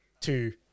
two